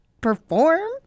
perform